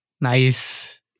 Nice